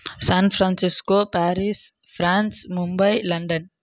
San Francisco Paris France Mumbai London